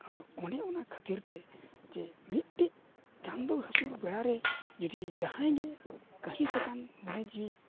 ᱟᱫᱚ ᱚᱱᱮ ᱚᱱᱟ ᱠᱷᱟᱹᱛᱤᱨᱼᱛᱮ ᱪᱮ ᱢᱤᱫᱴᱤᱡ ᱪᱟᱸᱫᱳ ᱦᱟᱹᱥᱩᱨ ᱵᱮᱲᱟ ᱨᱮ ᱡᱩᱫᱤ ᱡᱟᱦᱟᱸᱭ ᱜᱮ ᱠᱟᱺᱦᱤᱥ ᱟᱠᱟᱱ ᱢᱚᱱᱮ ᱡᱤᱣᱤ